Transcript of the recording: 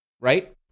right